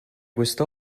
questa